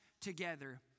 together